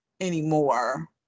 anymore